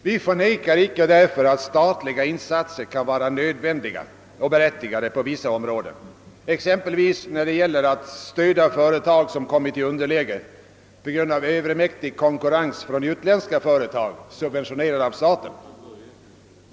Vi förnekar dock inte att statliga insatser kan vara nödvändiga och berättigade på vissa områden, exempelvis när det gäller att stödja företag som kommit i underläge på grund av övermäktig konkurrens från utländska företag, subventionerade av staten.